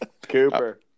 Cooper